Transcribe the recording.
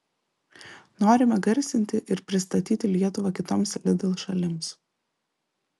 norime garsinti ir pristatyti lietuvą kitoms lidl šalims